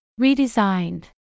redesigned